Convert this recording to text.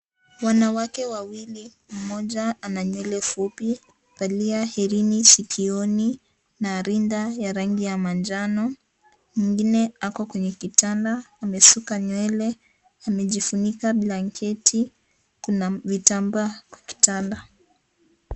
Wanawake wawili, mmoja ana nywele fupi ,valia herini sikioni na rinda ya rangi ya manjano, mwingine ako kwenye kitanda amesuka nywele, amejifunika blanketi, kuna vitambaa kitanda.